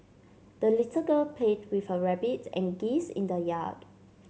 the little girl played with her rabbit and geese in the yard